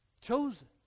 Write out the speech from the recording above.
Chosen